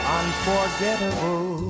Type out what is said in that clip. unforgettable